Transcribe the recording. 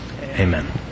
amen